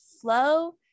flow